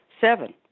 seven